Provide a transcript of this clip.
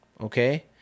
Okay